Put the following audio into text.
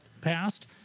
passed